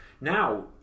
now